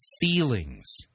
feelings